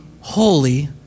holy